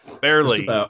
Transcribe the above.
barely